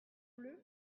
bleu